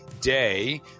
day